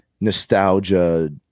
nostalgia